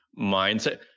mindset